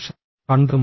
î കണ്ടെത്തും